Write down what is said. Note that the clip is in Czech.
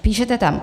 Píšete tam: